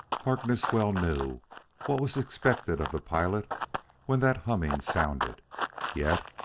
harkness well knew what was expected of the pilot when that humming sounded yet,